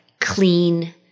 clean